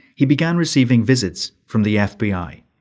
he began receiving visits from the fbi.